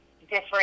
different